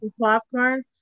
popcorn